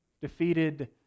defeated